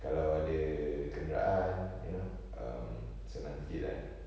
kalau ada kenderaan you know um senang sikit kan